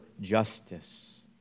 justice